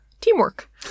Teamwork